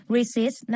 Resist